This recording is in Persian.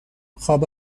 خواب